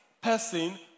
person